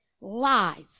Lies